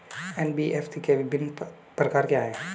NBFC के विभिन्न प्रकार क्या हैं?